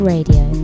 Radio